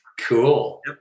Cool